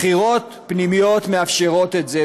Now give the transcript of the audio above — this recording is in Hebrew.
בחירות פנימיות מאפשרות את זה,